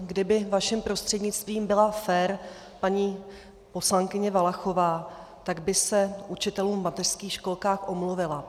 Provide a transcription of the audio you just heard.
Kdyby vaším prostřednictvím byla fér paní poslankyně Valachová, tak by se učitelům v mateřských školkách omluvila.